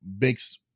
Makes